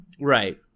Right